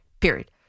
period